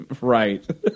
Right